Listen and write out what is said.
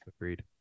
Agreed